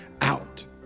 out